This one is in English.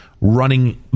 running